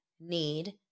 need